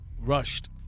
Rushed